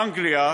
באנגליה,